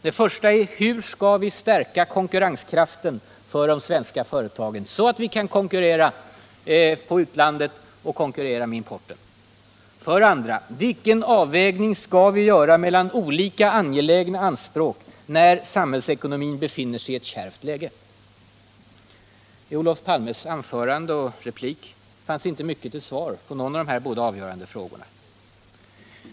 Den första är: Hur skall vi stärka konkurrenskraften för de svenska företagen så att vi kan konkurrera på utlandet och konkurrera med importen? Den andra frågan är: Vilken avvägning skall vi göra mellan olika, angelägna anspråk, när samhällsekonomin befinner sig i ett kärvt läge? I Olof Palmes anförande och replik fanns inte mycket till svar på någon av dessa båda avgörande frågor.